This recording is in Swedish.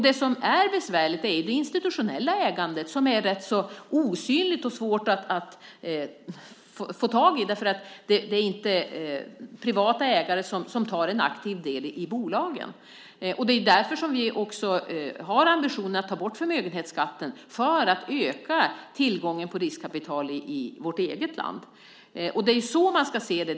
Det som är besvärligt är det institutionella ägandet som är rätt så osynligt och svårt att få tag i eftersom det inte är fråga om privata ägare som tar en aktiv del i bolagen. Vi har ambitionen att ta bort förmögenhetsskatten för att öka tillgången på riskkapital i vårt eget land. Det är så man ska se det.